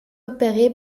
repéré